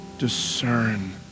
Discern